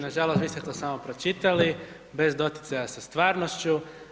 Nažalost vi ste to samo pročitali, bez doticaja sa stvarnošću.